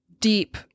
deep